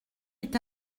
est